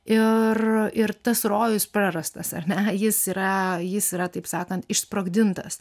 ir ir tas rojus prarastas ar ne jis yra jis yra taip sakant išsprogdintas